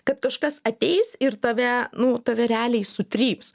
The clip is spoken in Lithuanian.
kad kažkas ateis ir tave nu tave realiai sutryps